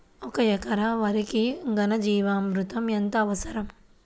ఒక ఎకరా వరికి ఘన జీవామృతం ఎంత అవసరం?